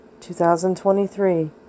2023